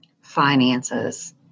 Finances